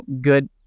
good